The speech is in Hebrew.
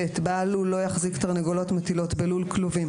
בעל לול לא יחזיק תרנגולות מטילות בלול כלובים,